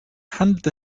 handelt